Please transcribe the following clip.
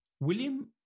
William